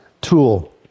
tool